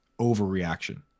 Overreaction